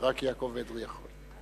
ורק יעקב אדרי יכול.